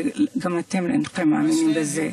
וגם אתם אינכם מאמינים בזה.